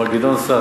מר גדעון סער,